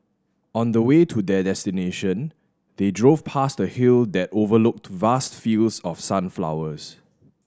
on the way to their destination they drove past a hill that overlooked vast fields of sunflowers